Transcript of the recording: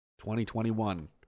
2021